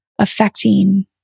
Affecting